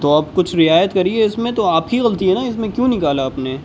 تو اب کچھ رعایت کریے اس میں تو آپ کی غلطی ہے نا اس میں کیوں نکالا آپ نے